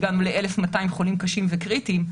שהגענו ל-1,200 חולים קשים וקריטיים,